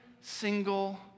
single